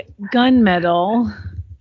Gunmetal